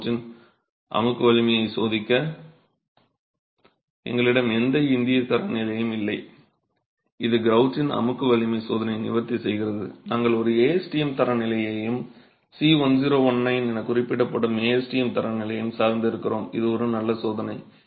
க்ரௌட்டின் அமுக்கு வலிமையை சோதிக்க எங்களிடம் எந்த இந்திய தரநிலையும் இல்லை இது க்ரௌட்டின் அமுக்கு வலிமை சோதனையை நிவர்த்தி செய்கிறது நாங்கள் ஒரு ASTM தரநிலையையும் C1019 என குறிப்பிடப்படும் ASTM தரநிலையையும் சார்ந்து இருக்கிறோம் இது ஒரு நல்ல சோதனை